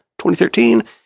2013